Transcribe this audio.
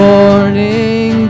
Morning